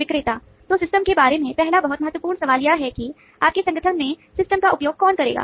विक्रेता तो सिस्टम के बारे में पहला बहुत महत्वपूर्ण सवाल यह है कि आपके संगठन में सिस्टम का उपयोग कौन करेगा